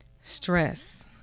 Stress